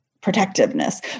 Protectiveness